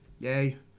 yay